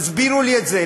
תסבירו לי את זה.